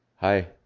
Hi